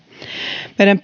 meidän